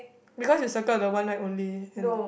because you circle the one night only and